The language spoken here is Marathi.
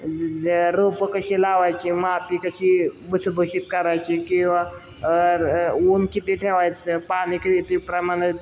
रोपं कशी लावायची माती कशी भुसभुशीत करायची किंवा ऊंच किती ठेवायचं पाणी किती प्रमाणात